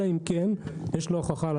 אלא אם כן יש לו הוכחה.